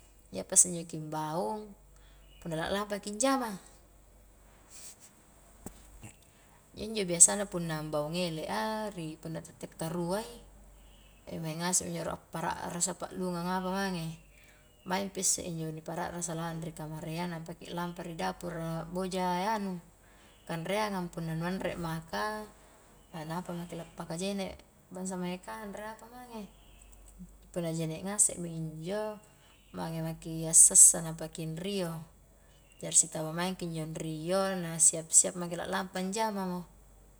Iya pa isse injo ki ambaung punna la lampaki anjama, injo biasana punna ambaung ele a, ri punna tette karua i, maing ngasemi injo ro a para'rasa pa'lungang apa mange, maing pi isse injo ni para'rasa lalang ri kamarayya nampa ki lampa ri dapur a boja anu, kanreangang punna nu anre maka, nampa maki lapaka jene' bangsa mae kanre apa mange, punna jene ngasemi injo mange maki assassa, nampa ki anrio, jari sitaba maeng ki injo anrio na ki siap-siap maki lampa anjama mo.